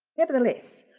nevertheless,